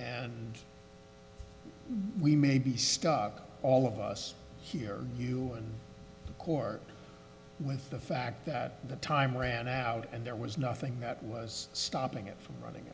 and we may be stuck all of us here you court with the fact that the time ran out and there was nothing that was stopping it from running